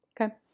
Okay